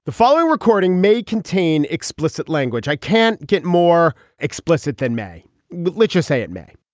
the following recording may contain explicit language i can't get more explicit than may literacy it may